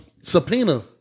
subpoena